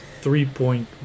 three-point